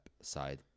side